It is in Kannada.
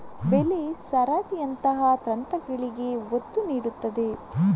ಬೆಳೆ ಸರದಿಯಂತಹ ತಂತ್ರಗಳಿಗೆ ಒತ್ತು ನೀಡುತ್ತದೆ